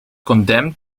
condemned